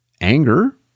anger